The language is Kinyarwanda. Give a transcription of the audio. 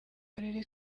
karere